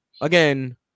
Again